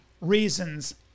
reasons